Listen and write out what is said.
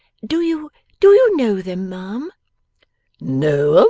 do you do you know them, ma'am know em,